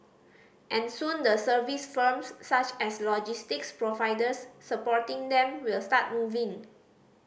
and soon the service firms such as logistics providers supporting them will start moving